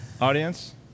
audience